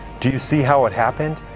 do you see how it happened?